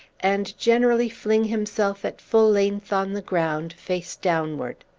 and generally fling himself at full length on the ground, face downward.